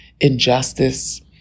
injustice